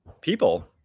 people